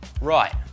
Right